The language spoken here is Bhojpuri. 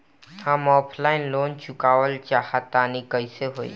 हम ऑफलाइन लोन चुकावल चाहऽ तनि कइसे होई?